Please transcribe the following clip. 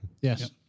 Yes